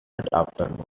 afternoon